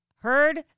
Heard